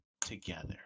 together